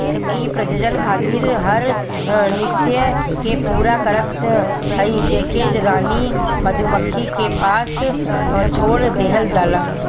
इ प्रजनन खातिर हर नृत्य के पूरा करत हई जेके रानी मधुमक्खी के पास छोड़ देहल जाला